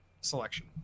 selection